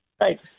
Right